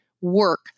work